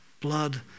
blood